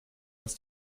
aus